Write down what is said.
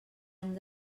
any